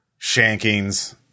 shankings